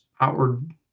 outward